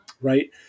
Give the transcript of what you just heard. Right